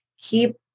keep